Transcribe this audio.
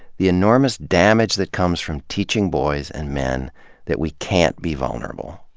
the enormous damage that comes from teaching boys and men that we can't be vulnerable,